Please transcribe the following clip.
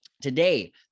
today